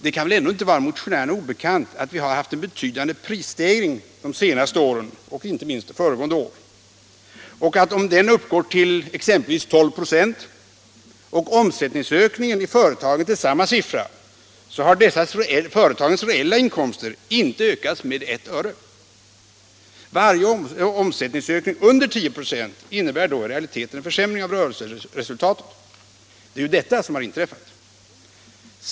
Det kan väl ändå inte vara motionärerna obekant att vi har haft en betydande prisstegring de senaste åren och inte minst det föregående året. Om denna uppgår till exempelvis 10 96 och omsättningsökningen i företagen till samma siffra, så har dessas reella inkomster inte ökats med ett öre. Varje omsättningsökning under 10 96 innebär då i realiteten en försämring av rörelseresultatet. Det är ju detta som har inträffat.